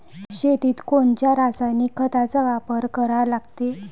शेतीत कोनच्या रासायनिक खताचा वापर करा लागते?